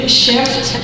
shift